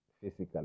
physically